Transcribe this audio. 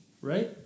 right